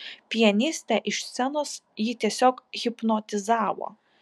pianistė iš scenos jį tiesiog hipnotizavo